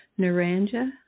Naranja